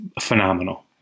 phenomenal